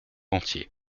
entier